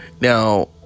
Now